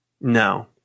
No